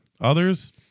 Others